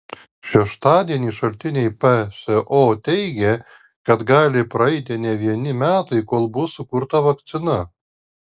šeštadienį šaltiniai pso teigė kad gali praeiti ne vieni metai kol bus sukurta vakcina